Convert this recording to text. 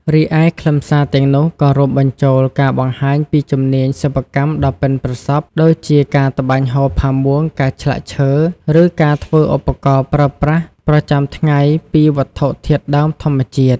រីឯខ្លឹមសារទាំងនោះក៏រួមបញ្ចូលការបង្ហាញពីជំនាញសិប្បកម្មដ៏ប៉ិនប្រសប់ ដូចជា ការត្បាញហូលផាមួង ការឆ្លាក់ឈើ ឬការធ្វើឧបករណ៍ប្រើប្រាស់ប្រចាំថ្ងៃពីវត្ថុធាតុដើមធម្មជាតិ។